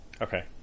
Okay